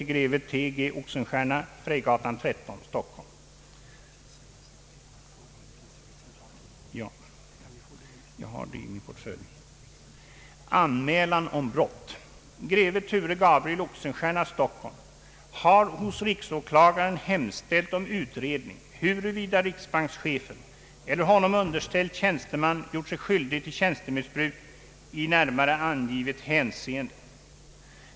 Greve Thure Gabriel Oxenstierna, Stockholm, har hos riksåklagaren hemställt om utredning huruvida riksbankschefen eller honom underställd tjänsteman gjort sig skyldig till tjänstemissbruk i närmare angivet hänseende.